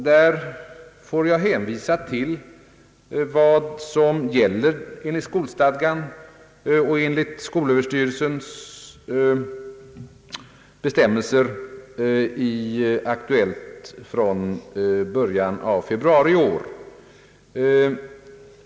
Där får jag hänvisa till vad som gäller enligt skolstadgan och enligt skolöverstyrelsens bestämmelser i Aktuellt från början av februari i år.